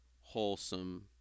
wholesome